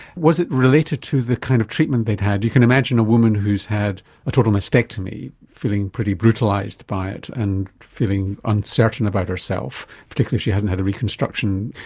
was it related to the kind of treatment they'd had? you can imagine a woman who's had a total mastectomy feeling pretty brutalised by it and feeling uncertain about herself particularly if she hasn't had a reconstruction,